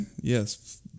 Yes